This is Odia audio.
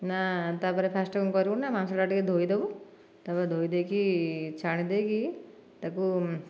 ନା ତାପରେ ଫାଷ୍ଟ କ'ଣ କରିବୁ ନା ମାଂସଟା ଟିକିଏ ଧୋଇଦବୁ ତାପରେ ଧୋଇ ଦେଇକି ଛାଣିଦେଇକି ତାକୁ